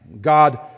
God